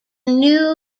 new